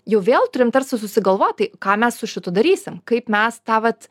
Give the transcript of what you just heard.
jau vėl turim tarsi susigalvot tai ką mes su šitu darysim kaip mes tą vat